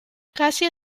casi